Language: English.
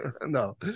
no